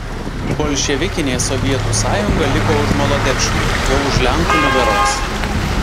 bolševikinė sovietų sąjunga liko už molodečno jau už lenkų nugaros